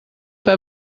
pas